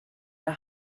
der